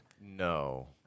No